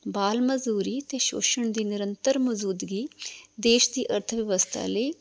ਬਾਲ ਮਜ਼ਦੂਰੀ ਅਤੇ ਸ਼ੋਸ਼ਣ ਦੀ ਨਿਰੰਤਰ ਮੌਜੂਦਗੀ ਦੇਸ਼ ਦੀ ਅਰਥ ਵਿਵਸਥਾ ਲਈ